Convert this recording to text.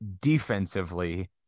defensively